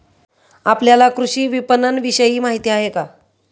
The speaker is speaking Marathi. आपल्याला कृषी विपणनविषयी माहिती आहे का?